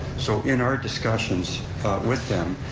so in our discussions with them,